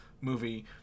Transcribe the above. movie